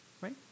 right